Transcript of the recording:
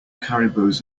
caribous